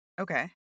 Okay